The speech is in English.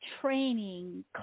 training